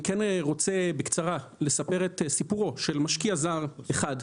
כן רוצה בקצרה לספר את סיפורו של משקיע זר אחד,